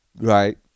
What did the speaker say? right